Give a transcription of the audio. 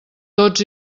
tots